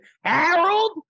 Harold